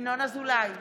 ינון אזולאי,